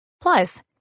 Plus